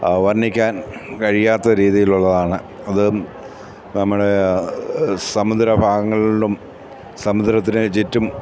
വർണ്ണിക്കാൻ കഴിയാത്ത രീതിയിലുള്ളതാണ് അത് നമ്മള് സമുദ്രഭാഗങ്ങളിലും സമുദ്രത്തിന് ചുറ്റും